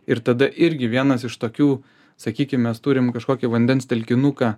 ir tada irgi vienas iš tokių sakykim mes turim kažkokį vandens telkinuką